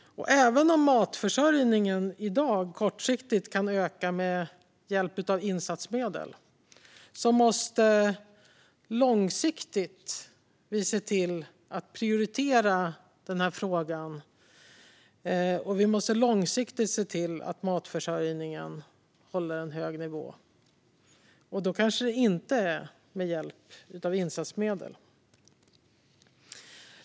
Även om matförsörjningen i dag kortsiktigt kan öka med hjälp av insatsmedel måste vi långsiktigt prioritera denna fråga och se till att matförsörjningen håller en hög nivå. Det kanske inte ska ske med hjälp av insatsmedel.